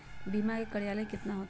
बीमा के कार्यकाल कितना होते?